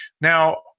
Now